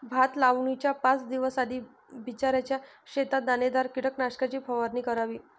भात लावणीच्या पाच दिवस आधी बिचऱ्याच्या शेतात दाणेदार कीटकनाशकाची फवारणी करावी